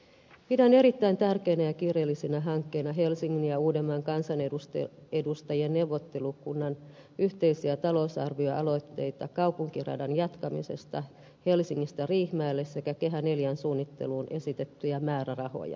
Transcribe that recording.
pidän erittäin tärkeinä ja kiireellisinä hankkeina helsingin ja uudenmaan kansanedustajien neuvottelukunnan yhteisiä talousarvioaloitteita kaupunkiradan jatkamisesta helsingistä riihimäelle sekä kehä ivn suunnitteluun esitettyjä määrärahoja